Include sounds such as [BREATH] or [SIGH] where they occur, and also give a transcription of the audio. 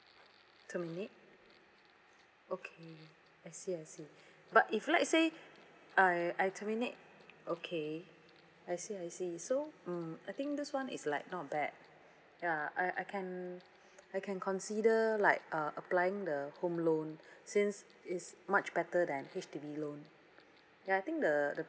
terminate okay I see I see but if let's say [BREATH] I I terminate okay I see I see so mm I think this [one] is like not bad ya I I can I can consider like uh applying the home loan since is much better than H_D_B loan ya I think the the